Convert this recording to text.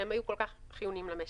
שהם היו כל כך חיוניים למשק.